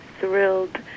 thrilled